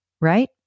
right